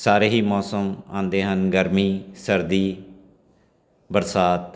ਸਾਰੇ ਹੀ ਮੌਸਮ ਆਉਂਦੇ ਹਨ ਗਰਮੀ ਸਰਦੀ ਬਰਸਾਤ